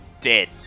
dead